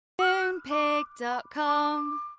Moonpig.com